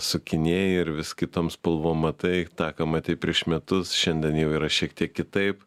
sukinėji ir vis kitom spalvom matai tą ką matei prieš metus šiandien jau yra šiek tiek kitaip